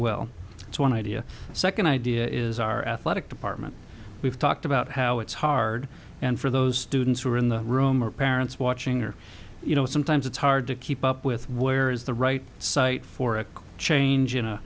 well as one idea second idea is our athletic department we've talked about how it's hard and for those students who are in the room or parents watching or you know sometimes it's hard to keep up with where is the right site for a change in a